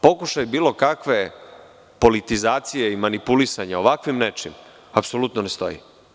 Pokušaj bilo kakve politizacije i manipulisanja ovako nečim, apsolutno ne stoji.